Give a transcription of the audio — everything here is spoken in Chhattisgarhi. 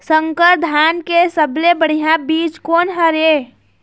संकर धान के सबले बढ़िया बीज कोन हर ये?